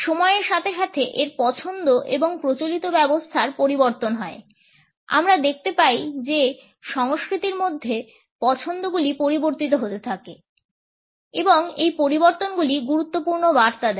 সময়ের সাথে সাথে এর পছন্দ এবং প্রচলিত ব্যবস্থার পরিবর্তন হয় আমরা দেখতে পাই যে সংস্কৃতির মধ্যে পছন্দগুলি পরিবর্তিত হতে থাকে এবং এই পরিবর্তনগুলি গুরুত্বপূর্ণ বার্তা দেয়